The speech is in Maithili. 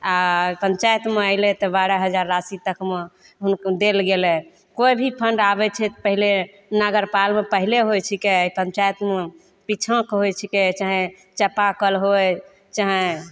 आओर पञ्चाइतमे अएलै तऽ बारह हजार राशि तकमे हुँ देल गेलै कोइ भी फण्ड आबै छै तऽ पहिले नगरपालमे होइ छिकै पञ्चाइतमे पिछाँ कऽ होइ छिकै चाहे चापाकल होइ चाहे